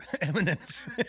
Eminence